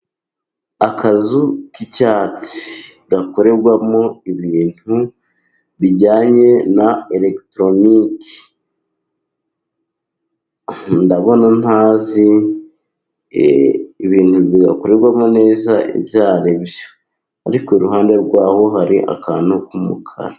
Akazu k'icyatsi gakorerwamo ibintu bijyanye na eregitoroniki，ndabona ntazi ibintu bigakorerwamo neza， ibyo aribyo. Ariko iruhande rwaho hari akantu k'umukara.